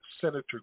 Senator